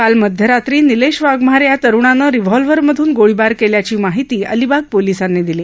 काल मध्यरात्री निलेश वाघमारे या तरूणानं रिव्हॉल्वर मधून गोळीबार केल्याची माहिती अलिबाग पोलिसांनी दिली